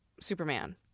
Superman